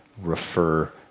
refer